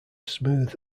smooth